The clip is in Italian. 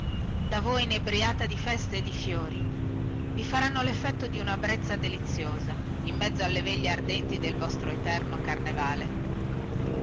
da voi inebbriata di feste e di fiori vi faranno leffetto di una brezza deliziosa in mezzo alle veglie ardenti del vostro eterno carnevale